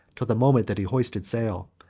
till the moment that he hoisted sail.